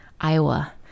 Iowa